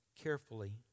carefully